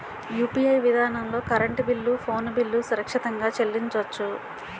UPI విధానంలో current bill phone bill సురక్షితంగా చెల్లించొచ్చు